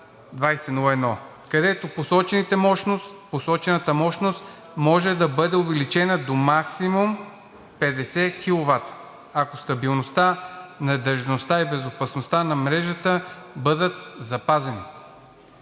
където посочената мощност може да бъде увеличена до максимум 50 киловата, ако стабилността, надеждността и безопасността на мрежата бъдат запазени.